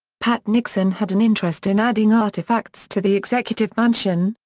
pat nixon had an interest in adding artifacts to the executive mansion,